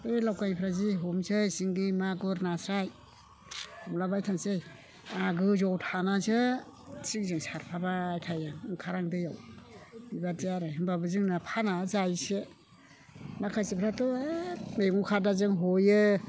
बे लावगायफ्राय जि हमसै सिंगि मागुर नास्राय हमलाबायथारनोसै आहा गोजौआव थानानैसो थिंजों सारफाबाय थायो ओंखारा आं दैयाव बिबादि आरो होमब्लाबो जोंना फाना जायोसो माखासेफ्राथ' ए मैगं खादाजों हयो